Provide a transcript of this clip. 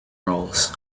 roles